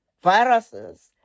viruses